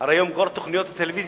הרי היום כל תוכניות הטלוויזיה